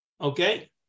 Okay